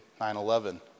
9-11